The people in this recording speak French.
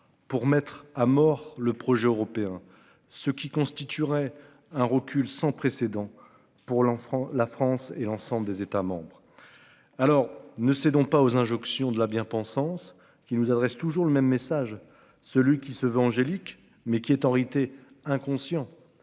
pour mettre à mort le projet européen, ce qui constituerait un recul sans précédent pour l'enfant. La France et l'ensemble des États membres. Alors, ne cédons pas aux injonctions de la bien pensance qui nous adresse toujours le même message, celui qui se veut Angélique mais qui est en réalité inconscient.